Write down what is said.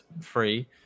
free